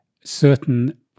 certain